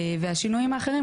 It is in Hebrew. השינויים האחרים,